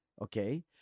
Okay